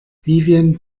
vivien